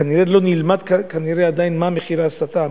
כנראה לא נלמד עדיין מה מחיר ההסתה,